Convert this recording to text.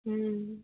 ହୁଁ